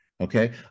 Okay